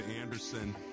Anderson